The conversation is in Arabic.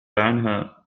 عنها